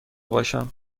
باشم